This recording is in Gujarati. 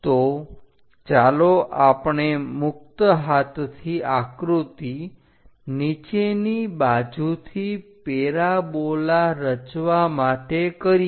તો ચાલો આપણે મુક્ત હાથથી આકૃતિ નીચેની બાજુથી પેરાબોલા રચવા માટે કરીએ